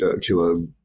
kilo